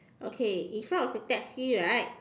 okay in front of the taxi right